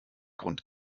grund